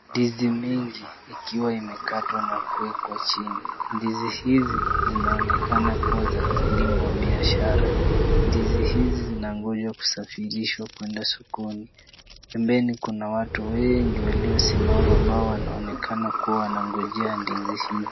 Ndizi mingi ikiwa imekatwa na kuwekwa chini. Ndizi hizi zinaonekana kuwa za kilimo biashara, ndizi hizi zinangojwa kusafirishwa kuenda sokoni. Pembeni kuna watu wengi waliosimama ambao wanaonekana kuwa wanangojea ndizi hizi.